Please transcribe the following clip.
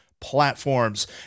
platforms